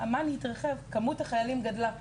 כשאמ"ן מתרחב, כמות החיילים גדלה.